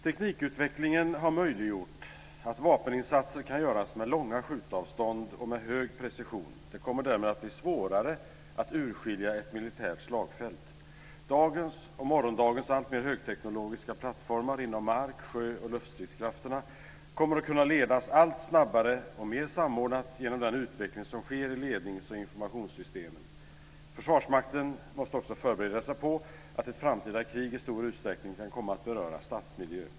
Teknikutvecklingen har möjliggjort att vapeninsatser kan göras med långa skjutavstånd och med hög precision. Det kommer därmed att bli svårare att urskilja ett militärt slagfält. Dagens och morgondagens alltmer högteknologiska plattformar inom mark-, sjö och luftstridskrafterna kommer att kunna ledas allt snabbare och mer samordnat genom den utveckling som sker i lednings och informationssystemen. Försvarsmakten måste också förbereda sig på att ett framtida krig i stor utsträckning kan komma att beröra stadsmiljö.